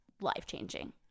life-changing